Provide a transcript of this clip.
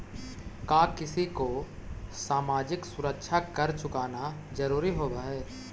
का किसी को सामाजिक सुरक्षा कर चुकाना जरूरी होवअ हई